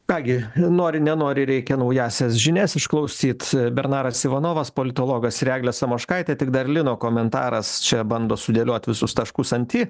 ką gi nori nenori reikia naująsias žinias išklausyt bernaras ivanovas politologas ir eglė samoškaitė tik dar lino komentaras čia bando sudėliot visus taškus ant i